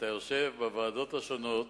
כשאתה יושב בוועדות השונות